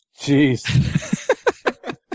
Jeez